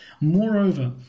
Moreover